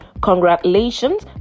congratulations